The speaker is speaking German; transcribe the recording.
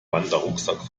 wanderrucksack